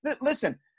listen